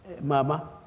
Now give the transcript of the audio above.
Mama